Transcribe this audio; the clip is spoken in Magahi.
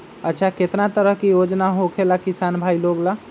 अच्छा कितना तरह के योजना होखेला किसान भाई लोग ला?